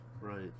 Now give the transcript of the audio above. Right